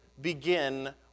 begin